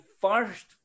first